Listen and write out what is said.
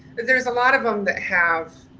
there's a lot of them that have,